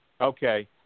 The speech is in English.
Okay